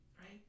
right